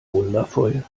wundervoll